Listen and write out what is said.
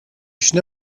should